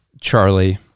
Charlie